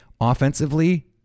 offensively